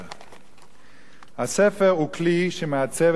הספר הוא כלי שמעצב את תודעת האדם והחברה,